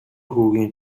хүүгийн